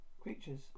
creatures